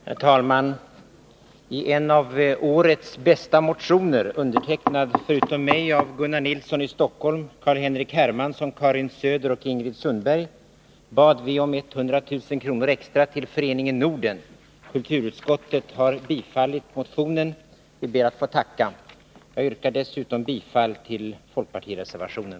Herr talman! I en av årets bästa motioner, undertecknad förutom av mig av Gunnar Nilsson i Stockholm, Carl-Henrik Hermansson, Karin Söder och Ingrid Sundberg, bad vi om 100 000 kr. extra till Föreningen Norden. Kulturutskottet har tillstyrkt motionen. Vi ber att få tacka. Dessutom yrkar jag bifall till folkpartireservationen.